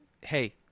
hey